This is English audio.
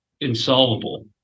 insolvable